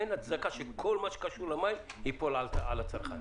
אין הצדקה שכל מה שקשור למים ייפול על הצרכן.